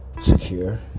secure